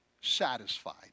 satisfied